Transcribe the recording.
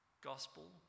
gospel